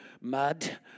Mud